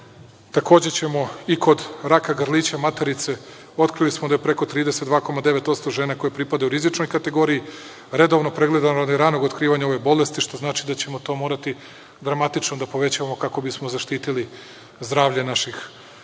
Takođe ćemo i kod raka grlića materice, otkrili smo da je preko 32,9% žena koje pripadaju rizičnoj kategoriji, redovno pregledano od ranog otkrivanja ove bolesti, što znači da ćemo to morati dramatično da povećamo kako bismo zaštitili zdravlje naših žena,